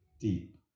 deep